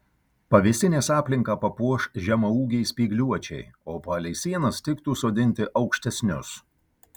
pavėsinės aplinką papuoš žemaūgiai spygliuočiai o palei sienas tiktų sodinti aukštesnius